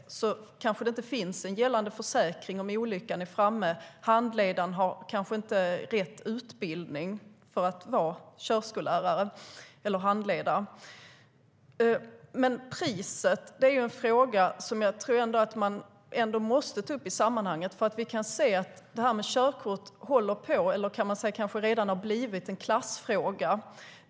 Dessutom saknas det kanske gällande försäkring om olyckan är framme, och handledaren har kanske inte rätt utbildning. Vi måste ta upp frågan om priset. Körkort håller på att bli, eller har kanske redan blivit, en klassfråga.